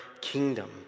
kingdom